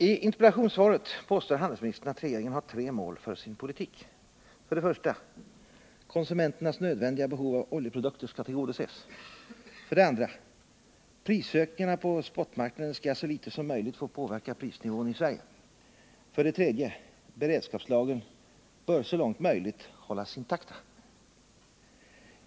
I interpellationssvaret påstår handelsministern att regeringen har tre mål för sin politik. För det första: Konsumenternas nödvändiga behov av oljeprodukter skall tillgodoses. För det andra: Prisökningarna på spotmarknaden skall så litet som möjligt få påverka prisnivån i Sverige. För det tredje: Beredskapslagren bör så långt möjligt hållas intakta.